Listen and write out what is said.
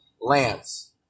Lance